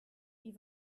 wie